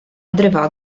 odrywa